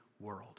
world